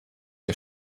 der